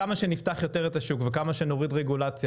כמה שנפתח יותר את השוק וכמה שנוריד רגולציה